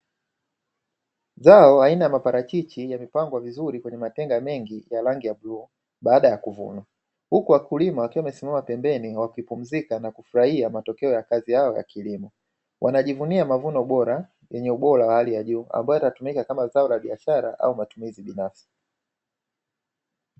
Zao aina ya maparachichi, yamepangwa vizuri kwenye matenga mengi ya rangi ya bluu baada ya kuvunwa. Huku wakulima wakiwa wamesimama pembeni, wakipumzika na kufurahia matokeo ya kazi yao ya kilimo. Wanajivunia mavuno bora yenye ubora wa hali ya juu, ambayo yatatumika kama zao la biashara au matumizi binafsi.